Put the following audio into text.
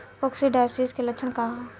Coccidiosis के लक्षण का ह?